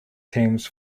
teams